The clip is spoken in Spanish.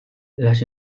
las